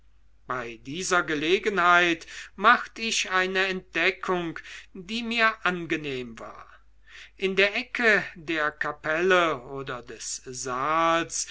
bei dieser gelegenheit macht ich eine entdeckung die mir angenehm war in der ecke der kapelle oder des saals